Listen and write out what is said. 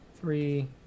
three